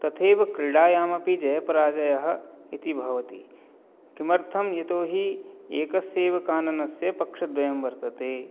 तथैव क्रीडायामपि जयपराजयः इति भवति किमर्थं यतोहि एकस्यैव काननस्य पक्षद्वयं वर्तते